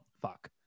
fuck